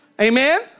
Amen